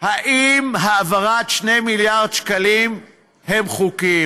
האם העברת 2 מיליארד שקלים היא חוקית?